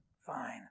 fine